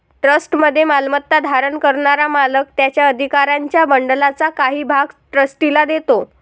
ट्रस्टमध्ये मालमत्ता धारण करणारा मालक त्याच्या अधिकारांच्या बंडलचा काही भाग ट्रस्टीला देतो